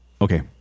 okay